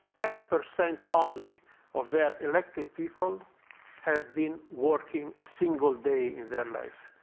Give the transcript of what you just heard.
ten percent only of their elected people have been working a single day in their life.